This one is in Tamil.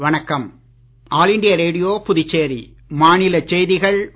வணக்கம் ஆல் இண்டியா ரேடியோ புதுச்சேரி மாநிலச் செய்திகள் வாசிப்பவர்